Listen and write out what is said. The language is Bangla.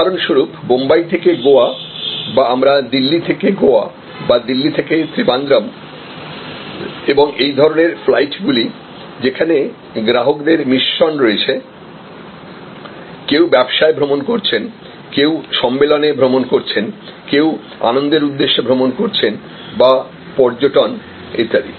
উদাহরণস্বরূপ বোম্বাই থেকে গোয়া বা আমরা দিল্লি থেকে গোয়া বা দিল্লি থেকে ত্রিবান্দ্রম এবং এই ধরনের ফ্লাইট গুলি যেখানে গ্রাহকদের মিশ্রণ রয়েছে কেউ ব্যবসায়ে ভ্রমণ করছেন কেউ সম্মেলনে ভ্রমণ করছেন কেউ আনন্দের উদ্দেশ্যে ভ্রমণ করছেন বা পর্যটন ইত্যাদি